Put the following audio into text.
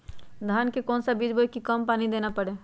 धान का कौन सा बीज बोय की पानी कम देना परे?